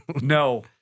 No